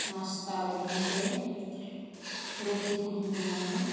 ᱱᱟᱥᱛᱟ ᱞᱟᱹᱜᱤᱫᱼᱛᱮ ᱨᱩᱴᱤᱠᱚᱧ ᱵᱮᱱᱟᱣᱟ